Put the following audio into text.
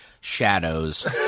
Shadows